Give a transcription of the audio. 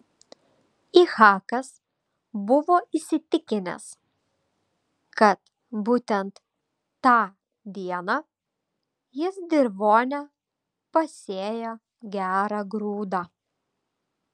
ichakas buvo įsitikinęs kad būtent tą dieną jis dirvone pasėjo gerą grūdą